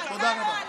תודה רבה.